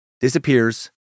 disappears